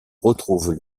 retrouvent